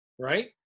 right